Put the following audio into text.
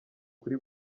kuri